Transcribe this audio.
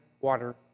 water